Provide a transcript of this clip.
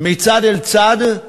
מצד אל צד.